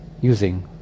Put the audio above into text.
using